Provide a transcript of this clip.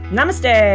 Namaste